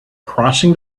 crossing